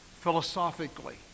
philosophically